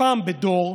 פעם בדור,